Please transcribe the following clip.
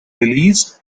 released